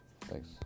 Thanks